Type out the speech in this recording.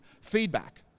feedback